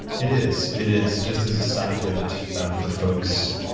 it is. it is. just as a side note for folks,